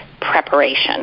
preparation